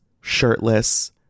shirtless